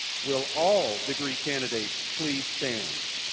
will all degree candidates please stand.